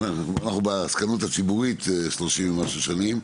אני בעסקנות הציבורית 30 ומשהו שנים,